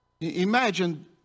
Imagine